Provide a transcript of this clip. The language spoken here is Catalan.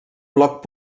bloc